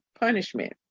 punishment